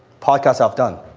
podcasts, i've done.